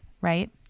right